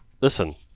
listen